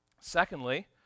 Secondly